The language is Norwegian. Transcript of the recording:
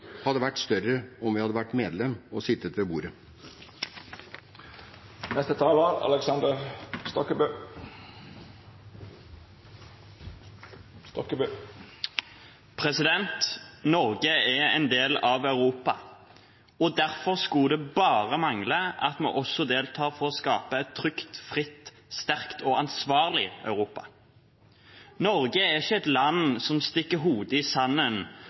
hadde vært større om vi hadde vært medlem og hadde sittet ved bordet. Norge er en del av Europa. Derfor skulle det bare mangle at vi ikke også deltar for å skape et trygt, fritt, sterkt og ansvarlig Europa. Norge er ikke et land som stikker hodet i sanden